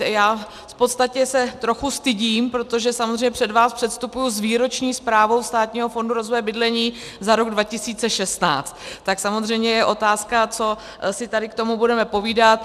V podstatě se trochu stydím, protože samozřejmě před vás předstupuji s výroční zprávou Státního fondu rozvoje bydlení za rok 2016, tak samozřejmě je otázka, co si tady k tomu budeme povídat.